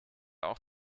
auch